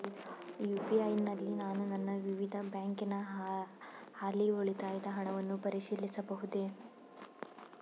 UPI ನಲ್ಲಿ ನಾನು ನನ್ನ ವಿವಿಧ ಬ್ಯಾಂಕಿನ ಹಾಲಿ ಉಳಿತಾಯದ ಹಣವನ್ನು ಪರಿಶೀಲಿಸಬಹುದೇ?